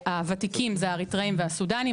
הוותיקים זה האריתראים והסודנים,